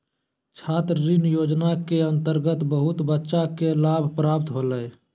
छात्र ऋण योजना के अंतर्गत बहुत बच्चा के लाभ प्राप्त होलय